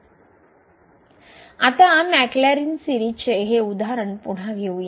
आता मॅक्लॅरिन सीरिजचे हे उदाहरण पुन्हा घेऊ या